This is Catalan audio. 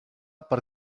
per